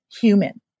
human